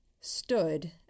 stood